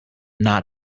not